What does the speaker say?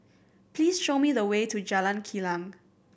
please show me the way to Jalan Kilang